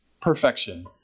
perfection